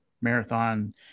marathon